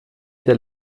der